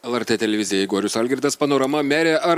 el er tė televizija igorius algirdas panorama mere ar